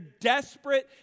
desperate